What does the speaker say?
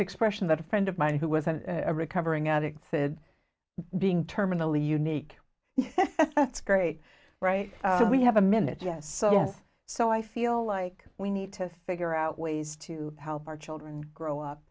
expression that a friend of mine who was a recovering addict fed being terminally unique it's great right we have a minute yes so yes so i feel like we need to figure out ways to help our children grow up